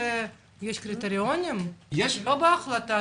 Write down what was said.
בדרך כלל יש קריטריונים, זה לא לפי החלטה.